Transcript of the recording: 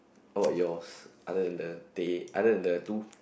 about yours other than the teh other than the two